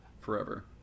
forever